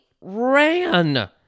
ran